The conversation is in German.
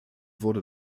wurde